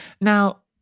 Now